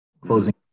closing